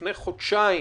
לפני חודשיים